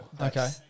okay